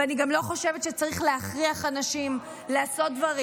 ואני גם לא חושבת שצריך להכריח אנשים לעשות דברים.